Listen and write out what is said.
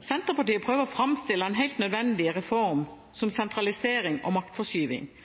Senterpartiet prøver å framstille en helt nødvendig reform som sentralisering og